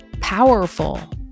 powerful